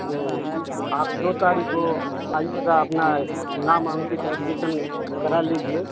तो आप दो तारीख को आइएगा अपना नाम अंकित एडमिशन करा लीजिए